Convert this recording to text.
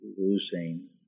losing